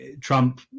Trump